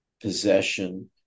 possession